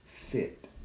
fit